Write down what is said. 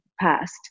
past